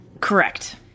correct